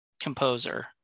composer